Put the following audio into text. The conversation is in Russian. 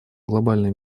глобальной